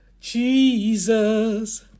jesus